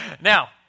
Now